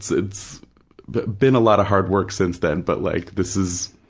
it's it's but been a lot of hard work since then, but like this is,